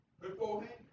beforehand